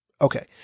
okay